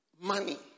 money